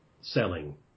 selling